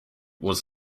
was